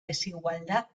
desigualdad